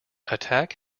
attack